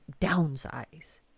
downsize